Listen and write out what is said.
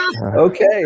Okay